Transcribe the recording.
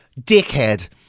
Dickhead